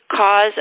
cause